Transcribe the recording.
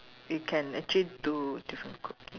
you can actually do different cooking